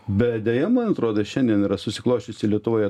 bet deja man atrodo šiandien yra susiklosčiusi lietuvoje